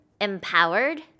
Empowered